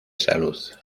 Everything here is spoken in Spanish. salud